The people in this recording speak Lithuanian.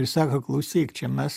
ir sako klausyk čia mes